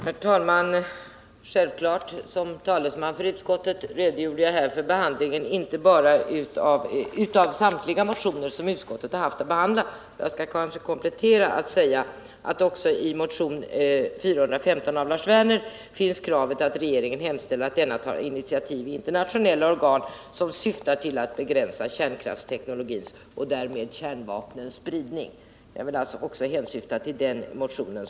Herr talman! Som talesman för utskottet redogjorde jag här självfallet för behandlingen av samtliga motioner som utskottet har haft att behandla. Som en komplettering skall jag därför säga att också i motion 415 av Lars Werner finns kravet på ”att hos regeringen hemställa att denna tar initiativ i internationella organ som syftar till att begränsa kärnkraftsteknologins och därmed kärnvapnens spridning”. Jag vill alltså hänvisa till också den motionen.